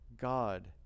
God